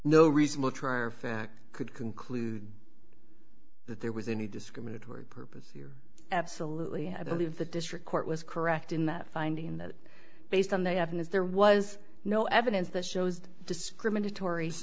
no reasonable trier of fact could conclude that there was any discriminatory purpose here absolutely i believe the district court was correct in that finding that based on they haven't as there was no evidence that shows discriminatory